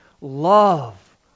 Love